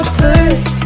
first